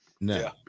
no